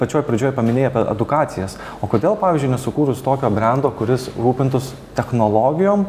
pačioj pradžioj paminėjai apie edukacijas o kodėl pavyzdžiui nesukūrus tokio brendo kuris rūpintųs technologijom